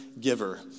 giver